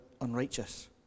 unrighteous